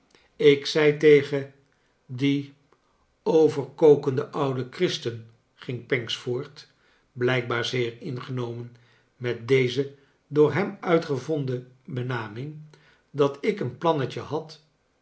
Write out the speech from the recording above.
ik zei tegen dien overkokenden ouden christen ging pancks voort blijkbaar zeer ingenomen met deze door hem uitgevonden benaming dat ik een plannetje had